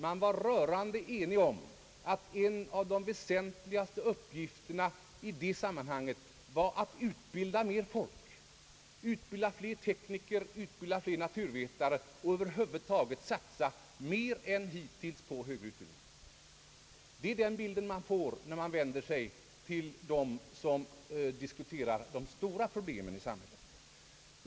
Man var rörande enig om att en av de väsentligaste uppgifterna i det sammanhanget var att utbilda mer folk — fler tekniker, fler naturvetare och över huvud taget satsa mer än hittills på högre utbildning. Det är den bilden man får när man vänder sig till dem som diskuterar de stora problemen i samhället av i dag.